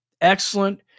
excellent